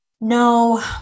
no